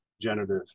generative